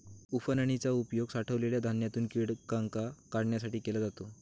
उफणनी चा उपयोग साठवलेल्या धान्यातून कीटकांना काढण्यासाठी केला जातो